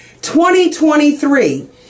2023